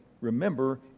remember